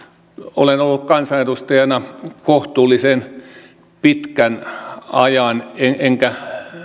olen ollut kansanedustajana kohtuullisen pitkän ajan enkä